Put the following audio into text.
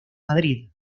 madrid